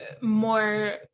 more